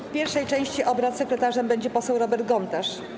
W pierwszej części obrad sekretarzem będzie poseł Robert Gontarz.